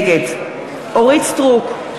נגד אורית סטרוק,